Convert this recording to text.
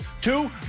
Two